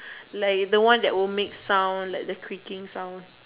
like the one that will make sound like the creaking sound